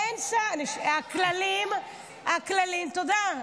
השר מיקי זוהר פה?